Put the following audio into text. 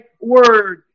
word